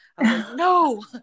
no